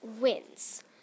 wins